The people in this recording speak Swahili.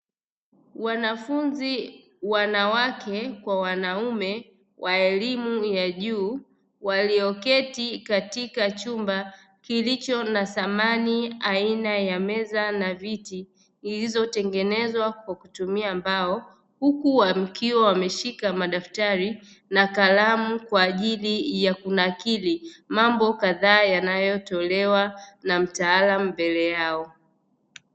Wanafunzi wanawake kwa wanaume wa elimu ya juu walioketi katika chumba kilicho na samani aina ya meza na viti zilizotengenezwa kwa kutumia mbao, huku wakiwa wameshika madaftari na kalamu kwa ajili ya kunakiri mambo kadhaa yanayotolewa na mtaalamu mbele yao.